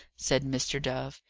said mr. dove.